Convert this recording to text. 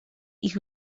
ich